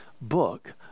book